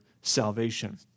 salvation